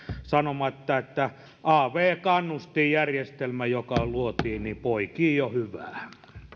sanomatta että av kannustinjärjestelmä joka luotiin poikii jo hyvää